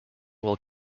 will